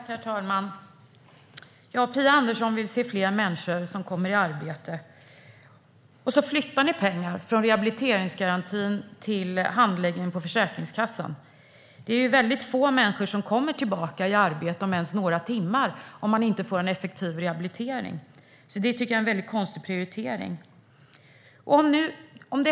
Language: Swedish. Herr talman! Phia Andersson vill se människor i arbete. Nu flyttar ni pengar från rehabiliteringsgarantin till handläggningen på Försäkringskassan. Men det är få människor som kommer tillbaka i arbete, ens några timmar, om de inte får en effektiv rehabilitering, så det är en konstig prioritering.